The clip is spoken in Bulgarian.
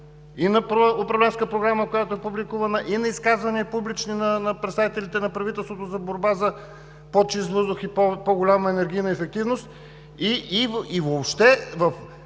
Има управленска програма, която е публикувана, има публични изказвания на представителите на правителството за борба за по-чист въздух и по-голяма енергийна ефективност и въобще